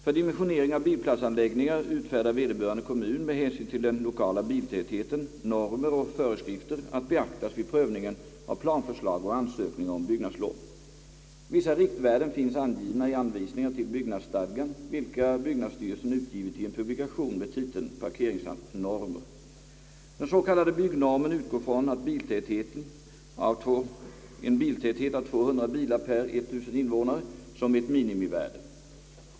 För dimensionering av bilplatsanläggningar utfärdar vederbörande kommun med hänsyn till den lokala biltätheten normer och föreskrifter att beaktas vid prövningen av planförslag och ansökningar om byggnadslov. Vissa riktvärden finns angivna i anvisningar till byggnadsstadgan vilka byggnadsstyrelsen utgivit i en publika tion med titeln Parkeringsnormer. Den s.k. byggnormen utgår från en biltäthet av 200 bilar per 1000 invånare som ett minimivärde.